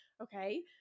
Okay